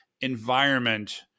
environment